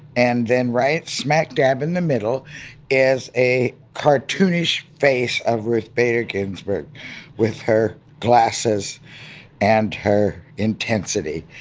and then right smack dab in the middle is a cartoonish face of ruth bader ginsburg with her glasses and her intensity.